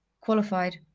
qualified